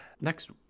Next